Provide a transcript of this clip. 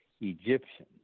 Egyptian